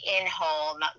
in-home